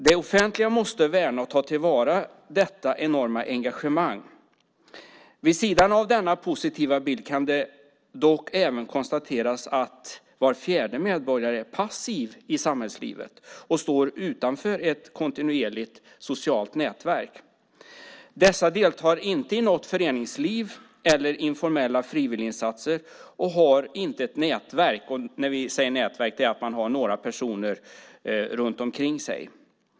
Det offentliga måste värna och ta till vara detta enorma engagemang. Vid sidan av denna positiva bild kan det konstateras att var fjärde medborgare är passiv i samhällslivet och står utanför ett kontinuerligt socialt nätverk. De deltar inte i något föreningsliv eller i informella frivilliginsatser och har inte ett nätverk - det vill säga några personer runt omkring sig.